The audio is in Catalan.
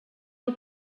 del